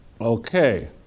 Okay